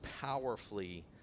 powerfully